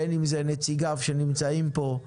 בין אם לנציגיו שנמצאים פה,